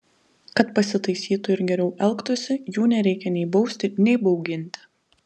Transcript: kad pasitaisytų ir geriau elgtųsi jų nereikia nei bausti nei bauginti